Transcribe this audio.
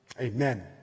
Amen